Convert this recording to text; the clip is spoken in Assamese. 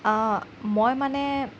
মই মানে